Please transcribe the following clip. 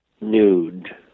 nude